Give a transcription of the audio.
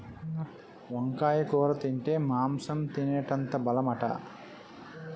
వంకాయ కూర తింటే మాంసం తినేటంత బలమట